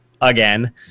again